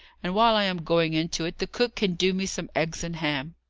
and while i am going into it, the cook can do me some eggs and ham.